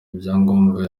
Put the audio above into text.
ibyangombwa